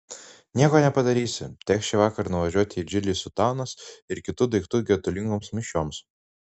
nieko nepadarysi teks šįvakar nuvažiuoti į džilį sutanos ir kitų daiktų gedulingoms mišioms